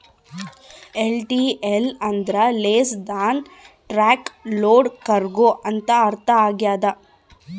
LTL ಅಂದ್ರ less than truck load cargo ಅಂತ ಅರ್ಥ ಆಗ್ಯದ